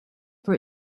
for